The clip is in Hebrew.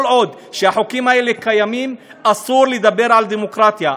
כל עוד החוקים האלה קיימים אסור לדבר על דמוקרטיה.